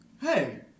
Hey